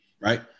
right